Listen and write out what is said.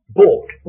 bought